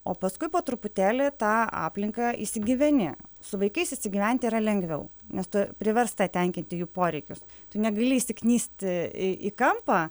o paskui po truputėlį tą aplinką įsigyveni su vaikais įsigyventi yra lengviau nes tu priversta tenkinti jų poreikius tu negali įsiknisti į į kampą